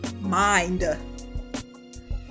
mind